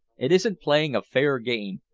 it isn't playing a fair game,